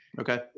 okay